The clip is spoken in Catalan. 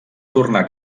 tornar